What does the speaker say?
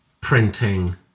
printing